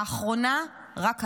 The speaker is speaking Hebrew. האחרונה רק היום,